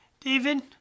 David